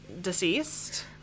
Deceased